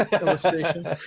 illustration